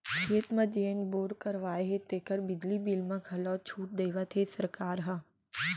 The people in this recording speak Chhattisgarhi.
खेत म जेन बोर करवाए हे तेकर बिजली बिल म घलौ छूट देवत हे सरकार ह